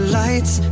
lights